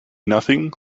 nothing